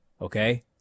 okay